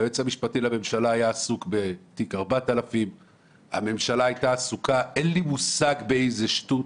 היועץ המשפטי לממשלה היה עסוק בתיק 4000. הממשלה הייתה עסוקה אין לי מושג באיזו שיטות.